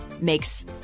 makes